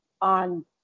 on